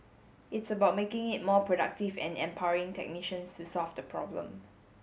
it's about making it more productive and empowering technicians to solve the problem